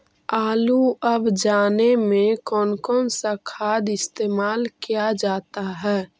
आलू अब जाने में कौन कौन सा खाद इस्तेमाल क्या जाता है?